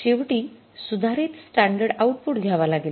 परंतु standard rate घ्यावा लागेल